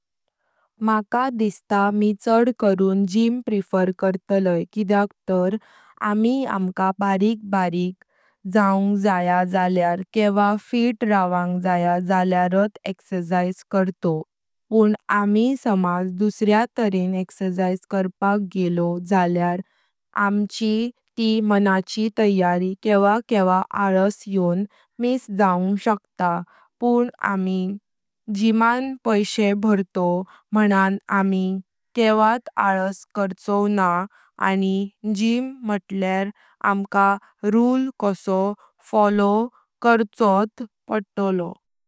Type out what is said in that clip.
माका दिसता मी चड करून जिम प्रेफर करतलय किद्याक तार आमी आमका बारिक जाऊंग जातया जाल्यार केवा फिट रावांग जातया जाल्यारात एक्सरसाइज करतोव पण आमी समाज दुसऱ्या तारेन एक्सरसाइज करपाक गेलोव जाल्यार आमची ती मनाची तयारी केवा केवा अलास योन मिस जाऊंग शकता पण आमी जीमन पैशे भरतोव मानां आमी केवत अलास कर्चोव न्हा। आनि जिम मातल्यार आमका रूल कासो फॉलो करचोत पडतालो।